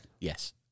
Yes